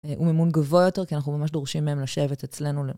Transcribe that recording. הוא מימון גבוה יותר, כי אנחנו ממש דורשים מהם לשבת אצלנו ל...